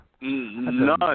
none